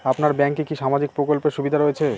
আপনার ব্যাংকে কি সামাজিক প্রকল্পের সুবিধা রয়েছে?